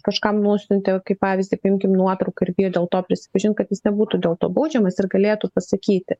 kažkam nusiuntė kaip pavyzdį paimkim nuotrauką ir bijo dėl to prisipažint kad jis nebūtų dėl to baudžiamas ir galėtų pasakyti